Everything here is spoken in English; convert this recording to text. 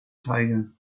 tiger